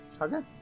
Okay